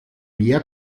mehr